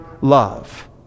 love